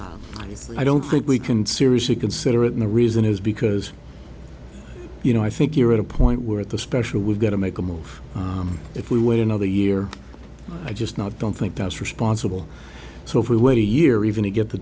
just i don't think we can seriously consider it and the reason is because you know i think you're at a point where at the special we've got to make a move if we wait another year i just not don't think that's responsible so if we wait a year or even to get the